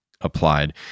applied